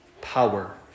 power